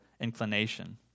inclination